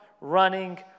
running